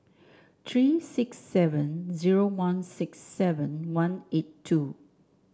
three six seven zero one six seven one eight two